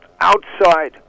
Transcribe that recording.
outside